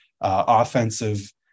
offensive